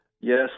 Yes